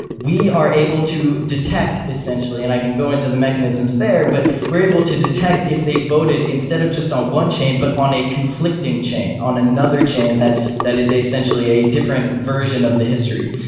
we are able to detect essentially, and i can go into the mechanisms there, but we're able to detect if they voted instead of just on one chain, but on a conflicting chain, on another chain that that is essentially a different version of the history.